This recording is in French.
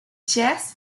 thiers